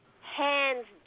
Hands